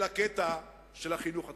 אל הקטע של החינוך הציבורי,